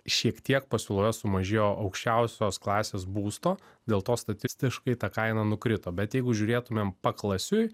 šiek tiek pasiūloje sumažėjo aukščiausios klasės būsto dėl to statistiškai ta kaina nukrito bet jeigu žiūrėtumėme paklasiui